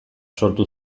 sortu